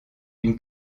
une